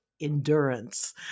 endurance